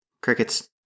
Crickets